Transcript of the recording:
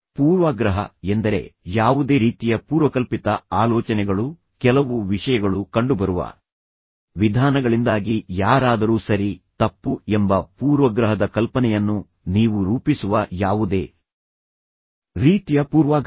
ಪೂರ್ವಾಗ್ರಹ ಎಂದರೆ ಯಾವುದೇ ರೀತಿಯ ಪೂರ್ವಕಲ್ಪಿತ ಆಲೋಚನೆಗಳು ಕೆಲವು ವಿಷಯಗಳು ಕಂಡುಬರುವ ವಿಧಾನಗಳಿಂದಾಗಿ ಯಾರಾದರೂ ಸರಿ ತಪ್ಪು ಎಂಬ ಪೂರ್ವಗ್ರಹದ ಕಲ್ಪನೆಯನ್ನು ನೀವು ರೂಪಿಸುವ ಯಾವುದೇ ರೀತಿಯ ಪೂರ್ವಾಗ್ರಹ